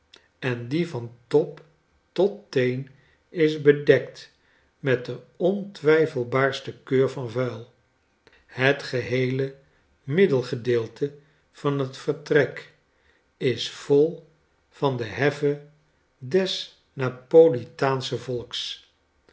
en die van top tot teen is bedekt met de ontwijfelbaarste keur van vuil het geheele middlgedeelte van het vertrek is vol van de heffe des napolitaanschen volks